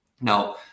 Now